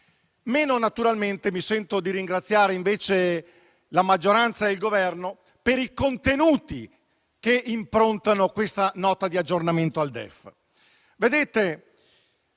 modo magistrale; meno mi sento di ringraziare, invece, la maggioranza e il Governo per i contenuti che improntano la Nota di aggiornamento al